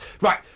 right